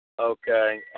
Okay